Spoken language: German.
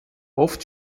oft